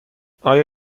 آیا